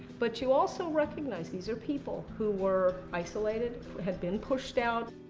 but you also recognize, these were people who were isolated, had been pushed out.